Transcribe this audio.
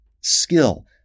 skill